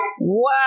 Wow